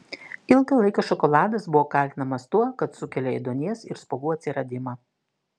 ilgą laiką šokoladas buvo kaltinamas tuo kad sukelia ėduonies ir spuogų atsiradimą